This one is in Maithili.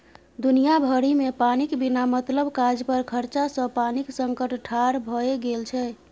दुनिया भरिमे पानिक बिना मतलब काज पर खरचा सँ पानिक संकट ठाढ़ भए गेल छै